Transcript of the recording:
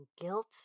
guilt